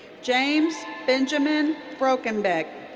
james benjamin brokenbek.